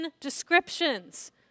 descriptions